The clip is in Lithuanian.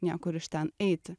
niekur iš ten eiti